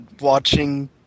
watching